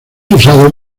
usado